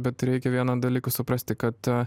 bet reikia vieną dalyką suprasti kad